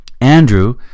Andrew